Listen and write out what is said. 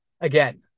again